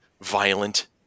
violent